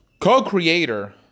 co-creator